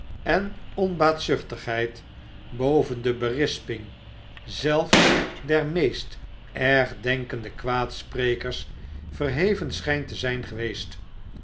en onbaatzuchtigheid boven de berisping zelfs der meest ergdenkende kwaadsprekers verheven schijnt te zijn geweest